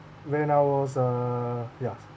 when I was uh ya